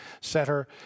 Center